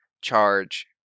charge